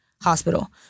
hospital